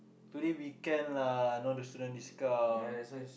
today weekend lah no the student discount